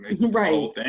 right